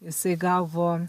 jisai gavo